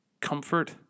comfort